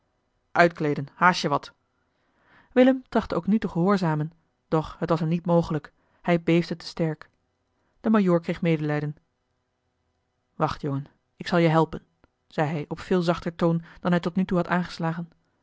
uitkleeden haast je wat willem trachtte ook nu te gehoorzamen doch het was hem niet mogelijk hij beefde te sterk de majoor kreeg medelijden wacht jongen ik zal je helpen zei hij op veel zachter toon dan hij tot nu toe had aangeslagen